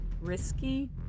risky